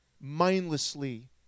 mindlessly